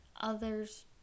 others